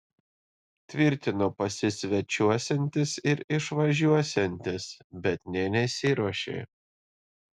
tvirtino pasisvečiuosiantis ir išvažiuosiantis bet nė nesiruošė